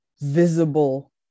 visible